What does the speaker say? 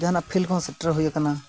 ᱡᱟᱦᱟᱱᱟᱜ ᱯᱷᱤᱞᱰ ᱠᱚᱦᱚᱸ ᱥᱮᱴᱮᱨ ᱦᱩᱭ ᱟᱠᱟᱱᱟ